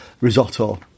risotto